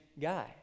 guy